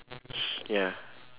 ya